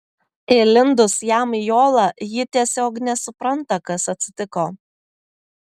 įlindus jam į olą ji tiesiog nesupranta kas atsitiko